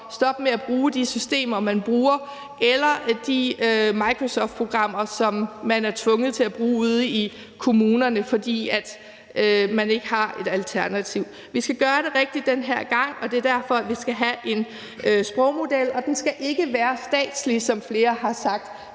stoppe med at bruge de systemer, man bruger, eller de microsoftprogrammer, som man er tvunget til at bruge ude i kommunerne, fordi man ikke har et alternativ. Vi skal gøre det rigtigt den her gang. Det er derfor, vi skal have en sprogmodel. Og den skal ikke være statslig, som flere har sagt.